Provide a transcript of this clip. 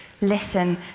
Listen